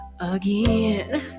again